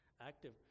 active